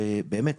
שבאמת,